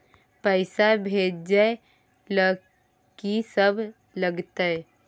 पैसा भेजै ल की सब लगतै?